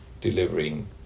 delivering